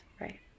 Right